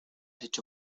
hecho